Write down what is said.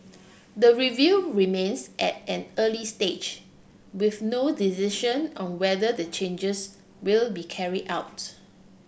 the review remains at an early stage with no decision on whether the changes will be carry out